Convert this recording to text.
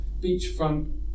beachfront